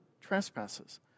trespasses